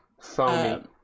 foamy